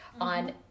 On